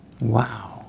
Wow